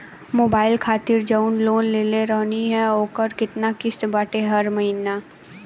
Mobile खातिर जाऊन loan लेले रहनी ह ओकर केतना किश्त बाटे हर महिना?